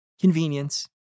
convenience